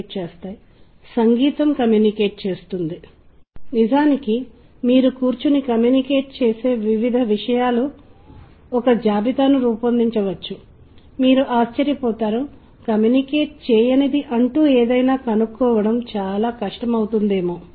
కాబట్టి మీరు మరోవైపు పాశ్చాత్య సందర్భాన్ని చూస్తున్నట్లయితే సంగీతం అనేది వివిధ నాటకీయ లక్షణాలను కలిగి ఉంటుంది సంభాషణ లక్షణాలు ఒక వాయిద్యం వాయిస్తుంటే మరొక వాయిద్యం దానికి ప్రతిస్పందిస్తుంది అది ఏకకాలంలో వాయించడం బహుధ్వని